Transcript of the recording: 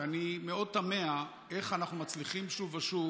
ואני מאוד תמה איך אנחנו מצליחים שוב ושוב